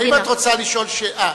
האם את רוצה לשאול אותו שאלה?